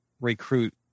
recruit